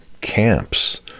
camps